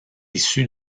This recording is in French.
issu